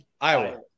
Iowa